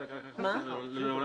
באתי כנראה